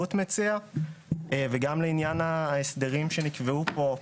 החקלאות מציע וגם לעניין ההסדרים שנקבעו פה.